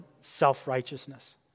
self-righteousness